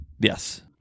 yes